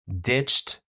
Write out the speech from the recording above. ditched